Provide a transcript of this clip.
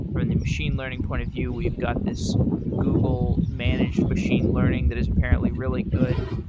from the machine learning point of view, we've got this google managed machine learning that is apparently really good.